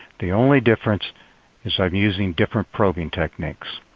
the only difference is i'm using different probing techniques.